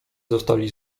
zostali